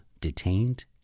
Detained